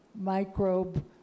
microbe